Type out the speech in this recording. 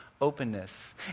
openness